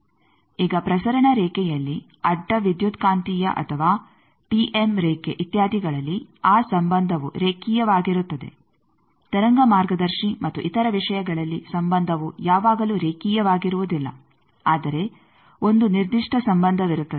ಈಗ ಪ್ರಸರಣ ರೇಖೆಯಲ್ಲಿ ಅಡ್ಡ ವಿದ್ಯುತ್ಕಾಂತೀಯ ಅಥವಾ ಟಿಎಮ್ ರೇಖೆ ಇತ್ಯಾದಿಗಳಲ್ಲಿ ಆ ಸಂಬಂಧವು ರೇಖೀಯವಾಗಿರುತ್ತದೆ ತರಂಗ ಮಾರ್ಗದರ್ಶಿ ಮತ್ತು ಇತರ ವಿಷಯಗಳಲ್ಲಿ ಸಂಬಂಧವು ಯಾವಾಗಲೂ ರೇಖೀಯವಾಗಿರುವುದಿಲ್ಲ ಆದರೆ ಒಂದು ನಿರ್ದಿಷ್ಟ ಸಂಬಂಧವಿರುತ್ತದೆ